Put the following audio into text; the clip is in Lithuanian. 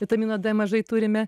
vitamino d mažai turime